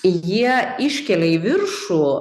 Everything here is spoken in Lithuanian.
jie iškelia į viršų